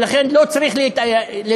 ולכן לא צריך להתייאש.